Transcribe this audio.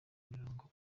imirongo